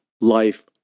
life